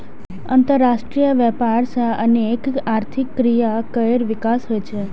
अंतरराष्ट्रीय व्यापार सं अनेक आर्थिक क्रिया केर विकास होइ छै